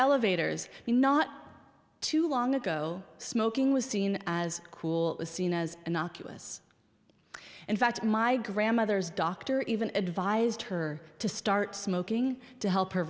elevators not too long ago smoking was seen as cool seen as innocuous in fact my grandmother's doctor even advised her to start smoking to help her